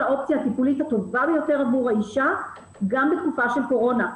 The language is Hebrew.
האופציה הטיפולית הטובה ביותר עבור האישה גם בתקופה של קורונה.